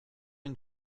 une